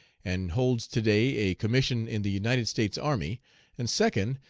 and holds to-day a commission in the united states army and second,